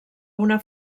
una